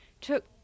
took